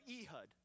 Ehud